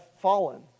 fallen